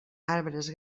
arbres